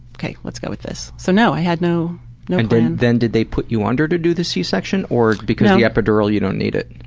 ok, let's go with this. so now i had no no and then did they put you under to do the c-section, or because of the epidural you don't need it?